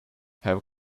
have